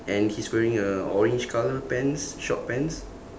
and he's wearing a orange colour pants short pants